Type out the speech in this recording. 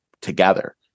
together